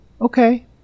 okay